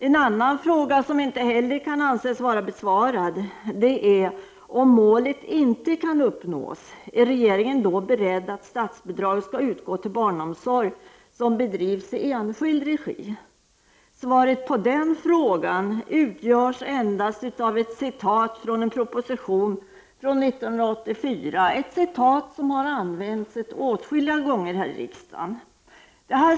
En annan fråga som inte heller kan anses vara besvarad är följande: Om målet inte kan uppnås, är regeringen då beredd att låta statsbidrag utgå till barnomsorg som bedrivs i enskild regi? Svaret på den frågan utgörs endast av ett citat från en proposition från 1984, ett citat som har använts åtskilliga gånger här i riksdagen.